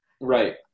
Right